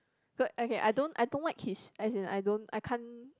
okay I don't I don't like his~ as in I don't I can't